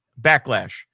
Backlash